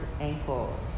ankles